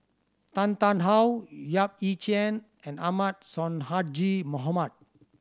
Tan Tarn How Yap Ee Chian and Ahmad Sonhadji Mohamad